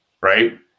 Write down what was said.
Right